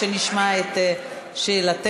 שנשמע את שאלתך,